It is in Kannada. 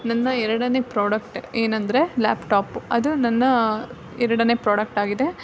ನನ್ನ ಎರಡನೇ ಪ್ರಾಡಕ್ಟ್ ಏನಂದರೆ ಲ್ಯಾಪ್ಟಾಪು ಅದು ನನ್ನ ಎರಡನೇ ಪ್ರಾಡಕ್ಟ್ ಆಗಿದೆ